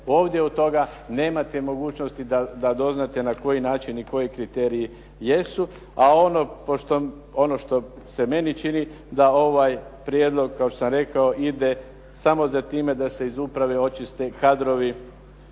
Ovdje od toga nemate mogućnosti da doznate na koji način i koji kriteriji jesu, a ono što se meni čini da ovaj prijedlog, kao što sam rekao, samo za time da se iz uprave očiste kadrovi,